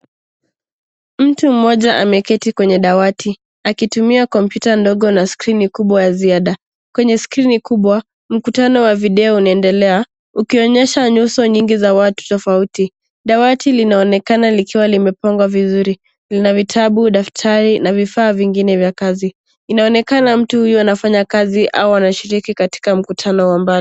Mtu mmoja ameketi kwenye dawati, akitumia kompyuta ndogo na skiri kubwa ya ziada. Kwenye skirini kubwa, mkutano wa video unaendelea ukionyesha nyuso nyingi za watu tofauti. Dawati linaonekana likiwa limepangwa vizuri. Lina vitabu, daftari na vifaa vingine vya kazi. Inaonekana mtu huyu anafanya kazi au anashiriki katika mkutano wa mbali.